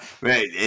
right